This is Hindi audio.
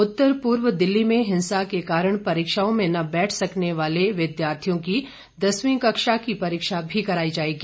उत्तर पूर्व दिल्ली में हिंसा के कारण परीक्षाओं में न बैठ सकने वाले विद्यार्थियों की दसवीं कक्षा की परीक्षा भी कराई जाएगी